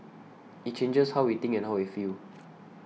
it changes how we think and how we feel